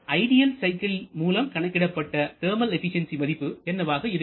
இனி ideal cycle மூலம் கணக்கிடப்பட்ட தெர்மல் எபிசென்சி மதிப்பு என்னவாக இருக்கும்